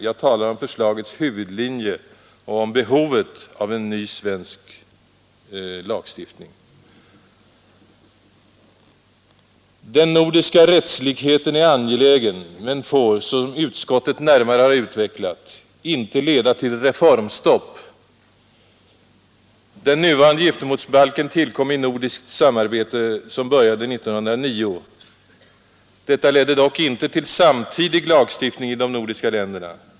Jag talar om förslagets huvudlinje och om behovet av ny svensk lagstiftning.” Den nordiska rättslikheten är angelägen men får — som utskottet närmare utvecklat — inte leda till reformstopp. Den nuvarande giftermålsbalken tillkom i nordiskt samarbete, som började 1909. Detta ledde dock inte till samtidig lagstiftning i de nordiska länderna.